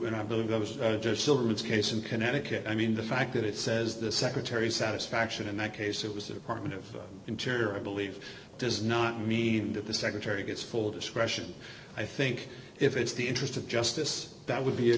and i believe it was just silverman's case in connecticut i mean the fact that it says the secretary satisfaction in that case it was department of interior i believe does not mean that the secretary gets full discretion i think if it's the interest of justice that would be a